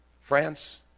France